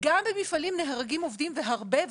גם במפעלים נהרגים הרבה יותר,